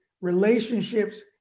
relationships